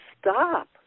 stop